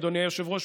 אדוני היושב-ראש.